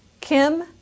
Kim